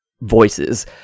voices